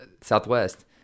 southwest